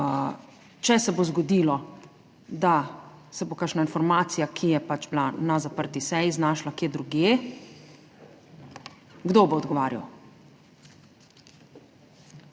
Če se bo zgodilo, da se bo kakšna informacija, ki je pač bila na zaprti seji, znašla kje drugje – kdo bo odgovarjal?